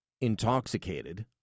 intoxicated